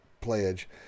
pledge